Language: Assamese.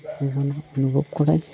প্ৰেৰণা অনুভৱ কৰায়